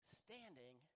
standing